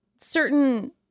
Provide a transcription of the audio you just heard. Certain